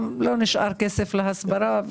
לא נשאר כסף להסברה.